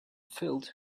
filled